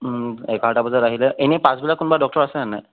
এঘাৰটা বজাত আহিলে এনে পাছবেলা কোনোবা ডক্টৰ আছে নে নাই